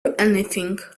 anything